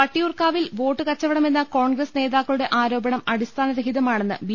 വട്ടിയൂർക്കാവിൽ വോട്ട് കച്ചവടമെന്ന കോൺഗ്രസ് നേതാക്കളുടെ ആരോപണം അടിസ്ഥാന രഹിതമാണെന്ന് ബി